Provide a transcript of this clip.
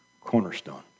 cornerstone